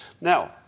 Now